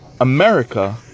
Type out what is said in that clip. america